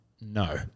no